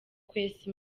kwesa